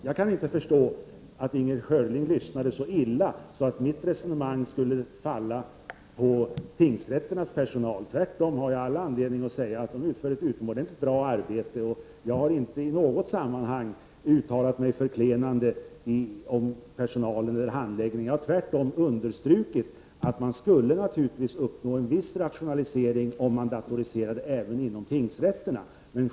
Jag kan inte förstå hur Inger Schörling kunde lyssna så illa att hon uppfattar att mitt resonemang skulle innebära klander mot tingsrätternas personal. Tvärtom har jag all anledning att säga att de utför ett utomordentligt gott arbete. Jag har inte i något sammanhang uttalat mig förklenande om personal eller handläggning. Jag har tvärtom understrukit att man naturligtvis skulle uppnå en viss rationalisering om man datoriserade även inom tingsrätterna.